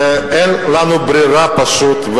אין לנו ברירה פשוט.